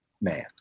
man